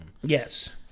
yes